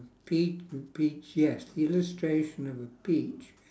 pea~ to peach yes illustration of a peach